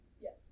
Yes